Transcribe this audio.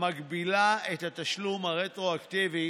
המגבילה את התשלום הרטרואקטיבי